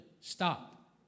stop